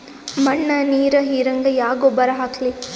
ಮಣ್ಣ ನೀರ ಹೀರಂಗ ಯಾ ಗೊಬ್ಬರ ಹಾಕ್ಲಿ?